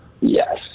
Yes